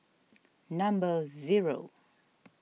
number zero